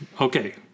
Okay